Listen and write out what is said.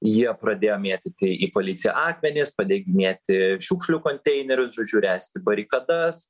jie pradėjo mėtyti į policiją akmenis padeginėti šiukšlių konteinerius žodžiu ręsti barikadas